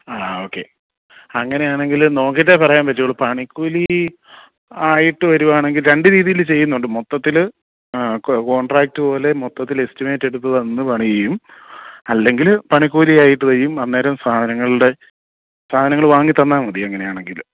ആ ഓക്കേ അങ്ങനെയാണെങ്കിൽ നോക്കിയിട്ടെ പറയാൻ പറ്റുള്ളൂ പണിക്കൂലി ആയിട്ട് വരുവാണെങ്കിൽ രണ്ടു രീതിയിൽ ചെയ്യുന്നുണ്ട് മൊത്തത്തിൽ കോൺട്രാക്ട് പോലെ മൊത്തത്തിൽ എസ്റ്റിമേറ്റ് എടുത്ത് വന്ന് പണിയും അല്ലെങ്കിൽ പണിക്കൂലി ആയിട്ട് ചെയ്യും അന്നേരം സാധനങ്ങളുടെ സാധനങ്ങൾ വാങ്ങിത്തന്നാൽ മതി അങ്ങനെയാണെങ്കിൽ